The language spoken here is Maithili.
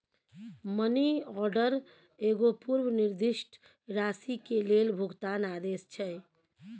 मनी ऑर्डर एगो पूर्व निर्दिष्ट राशि के लेल भुगतान आदेश छै